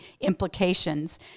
implications